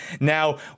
Now